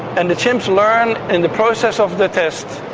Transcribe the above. and the chimps learn in the process of the test,